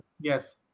Yes